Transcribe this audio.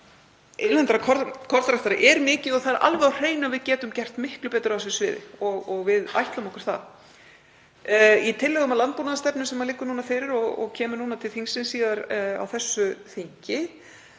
er mikið og það er alveg ljóst að við getum gert miklu betur á þessu sviði og við ætlum okkur það. Í tillögum að landbúnaðarstefnu sem liggur fyrir núna og kemur til þingsins síðar á þessu þingi